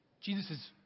Jesus